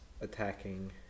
attacking